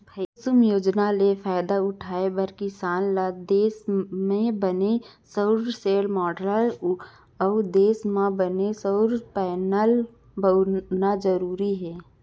कुसुम योजना ले फायदा उठाए बर किसान ल देस म बने सउर सेल, माँडलर अउ देस म बने सउर पैनल बउरना जरूरी हे